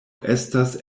estas